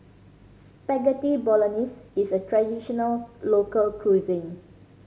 Spaghetti Bolognese is a traditional local cuisine